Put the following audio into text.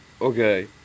Okay